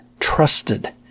trusted